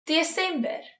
December